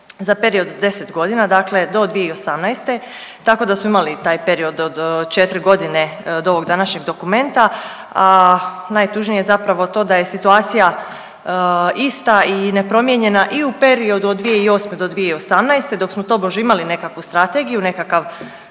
za period od 10 godina, dakle do 2018. tako da smo imali taj period od četiri godine od ovog današnjeg dokumenta. A najtužnije je zapravo to da je situacija ista i nepromijenjena i u periodu od 2008. do 2018. dok smo tobože imali nekakvu strategiju, nekakav